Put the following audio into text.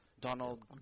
Donald